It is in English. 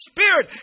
Spirit